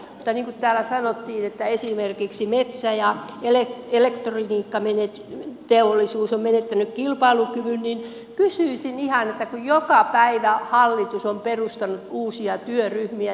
mutta niin kuin täällä sanottiin että esimerkiksi metsä ja elektroniikkateollisuus on menettänyt kilpailukyvyn niin kysyisin ihan kun joka päivä hallitus on perustanut uusia työryhmiä